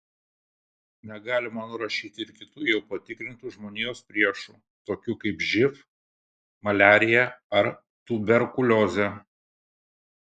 negalima nurašyti ir kitų jau patikrintų žmonijos priešų tokių kaip živ maliarija ar tuberkuliozė